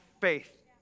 faith